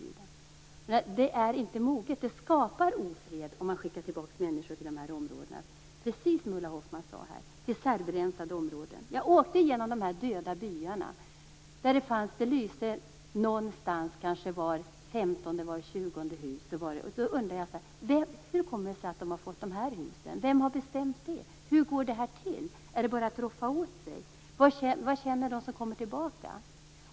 Tiden är inte mogen. Det skapar ofred om man skickar tillbaka människor till de här områdena, till serbrensade områden, precis som Ulla Hoffmann sade. Jag åkte genom dessa döda byar, där det kanske lyste i var 15:e eller var 20:e hus. Jag undrade hur det kom sig att människorna hade fått de där husen. Vem har bestämt det? Hur går det till? Är det bara att roffa åt sig? Vad känner de som kommer tillbaka?